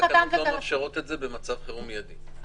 התקנות לא מאפשרות את זה במצב חירום מיידי.